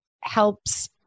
helps